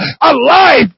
alive